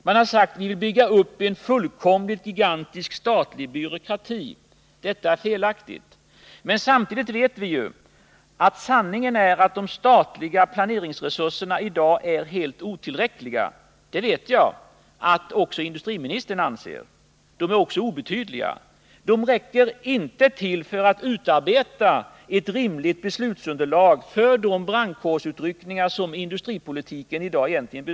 Man har sagt att vi vill bygga upp en fullkomligt gigantisk statlig byråkrati. Detta är felaktigt. Men samtidigt vet vi att sanningen är att de statliga planeringsresurserna i dag är helt otillräckliga. Det vet jag att också industriministern anser. De är också obetydliga. De räcker inte ens till för att utarbeta ett rimligt beslutsunderlag för brandkårsutryckningarna.